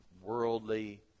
worldly